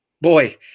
Boy